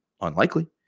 unlikely